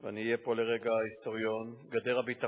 ואני אהיה פה לרגע היסטוריון, גדר הביטחון